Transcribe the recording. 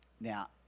Now